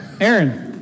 Aaron